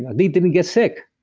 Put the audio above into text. they didn't get sick.